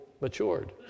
matured